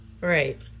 Right